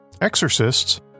exorcists